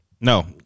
No